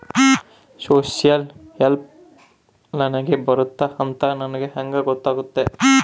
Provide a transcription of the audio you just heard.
Social help ನನಗೆ ಬರುತ್ತೆ ಅಂತ ನನಗೆ ಹೆಂಗ ಗೊತ್ತಾಗುತ್ತೆ?